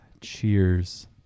Cheers